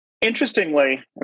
Interestingly